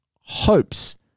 hopes